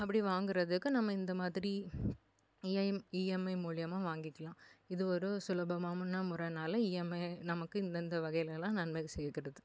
அப்படி வாங்குறதுக்கு நம்ம இந்தமாதிரி இஐஎம் இஎம்ஐ மூலயமா வாங்கிக்கலாம் இது ஒரு சுலபமான முறைனால இஎம்ஐ நமக்கு இந்த இந்த வகையிலலாம் நன்மைகள் செய்கிறது